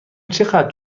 چقدر